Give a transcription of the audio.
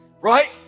right